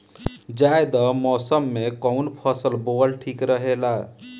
जायद मौसम में कउन फसल बोअल ठीक रहेला?